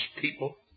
people